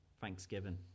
Thanksgiving